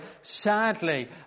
sadly